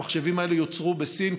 המחשבים האלה יוצרו בסין,